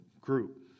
group